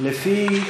לפי